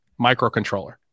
microcontroller